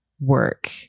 work